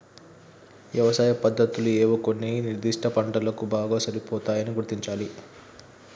యవసాయ పద్దతులు ఏవో కొన్ని నిర్ధిష్ట పంటలకు బాగా సరిపోతాయని గుర్తించాలి